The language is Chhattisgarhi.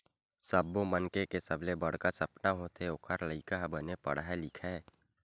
सब्बो मनखे के सबले बड़का सपना होथे ओखर लइका ह बने पड़हय लिखय